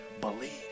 believe